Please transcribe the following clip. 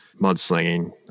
mudslinging